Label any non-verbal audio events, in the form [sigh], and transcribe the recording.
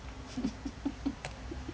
[laughs]